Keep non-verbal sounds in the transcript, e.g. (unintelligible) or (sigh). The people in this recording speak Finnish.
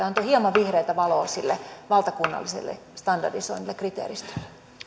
(unintelligible) antoi hieman vihreätä valoa sille valtakunnalliselle standardisoinnille ja kriteeristölle